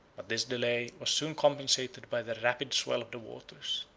but this delay was soon compensated by the rapid swell of the waters.